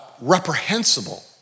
reprehensible